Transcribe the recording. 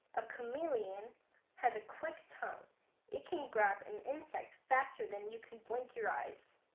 a chameleon has a quick tongue it can grab an insect faster than you can blink your eyes